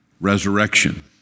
Resurrection